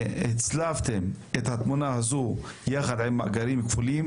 הצלבתם את התמונה הזו יחד עם מאגרים כפולים?